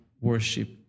worship